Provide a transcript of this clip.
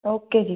okay ਜੀ